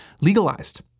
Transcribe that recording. legalized